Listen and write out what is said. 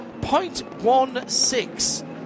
0.16